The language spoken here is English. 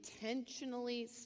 intentionally